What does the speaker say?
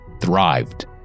thrived